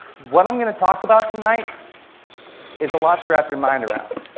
what i'm going to talk about tonight is a lot to wrap your mind around.